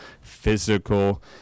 physical